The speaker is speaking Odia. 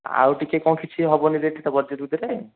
ଆଉ ଟିକେ କ'ଣ କିଛି ହେବନି ରେଟ୍ଟା ବଜେଟ୍ ଭିତରେ